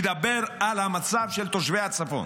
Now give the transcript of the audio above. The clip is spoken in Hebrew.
ידבר על המצב של תושבי הצפון,